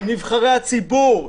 אם נבחרי הציבור,